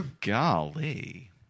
Golly